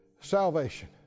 salvation